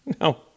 No